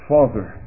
Father